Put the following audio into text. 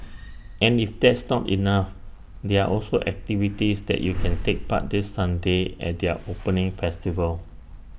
and if that's not enough there are also activities that you can take part this Sunday at their opening festival